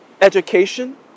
education